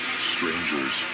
Strangers